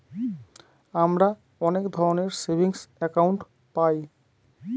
আমরা অনেক ধরনের সেভিংস একাউন্ট পায়